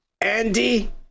andy